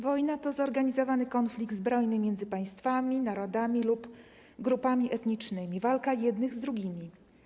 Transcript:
Wojna to zorganizowany konflikt zbrojny między państwami, narodami lub grupami etnicznymi, walka jednych z drugimi.